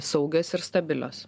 saugios ir stabilios